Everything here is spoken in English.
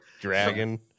dragon